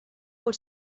por